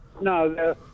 No